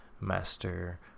master